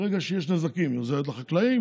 ברגע שיש נזקים היא עוזרת לחקלאים,